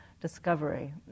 discovery